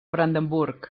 brandenburg